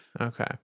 Okay